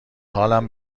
حالم